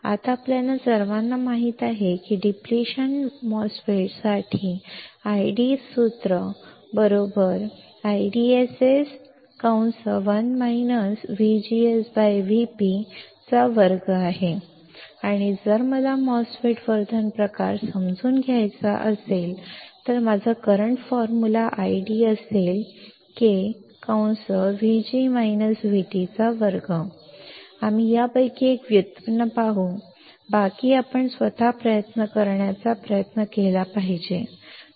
आता आपल्या सर्वांना माहित आहे की डिप्लेशन प्रकार MOSFET साठी ID सूत्र काहीही नाही परंतु ID IDSS 1 VGSVp2 आणि जर मला MOSFET वर्धन प्रकार समजून घ्यायचा असेल तर माझा करंट फॉर्म्युला ID असेल ID K 2 आम्ही यापैकी एक व्युत्पन्न पाहू बाकी आपण स्वतः प्रयत्न करण्याचा प्रयत्न केला पाहिजे